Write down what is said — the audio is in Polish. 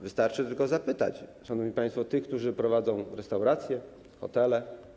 Wystarczy tylko zapytać, szanowni państwo, tych, którzy prowadzą restauracje, hotele.